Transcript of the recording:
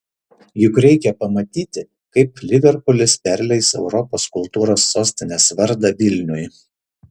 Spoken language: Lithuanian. juk reikia pamatyti kaip liverpulis perleis europos kultūros sostinės vardą vilniui